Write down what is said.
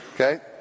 Okay